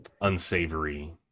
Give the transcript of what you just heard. unsavory